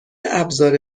ابزار